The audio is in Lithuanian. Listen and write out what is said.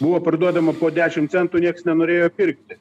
buvo parduodama po dešim centų nieks nenorėjo pirkti